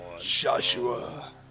Joshua